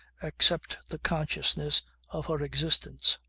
except the consciousness of her existence.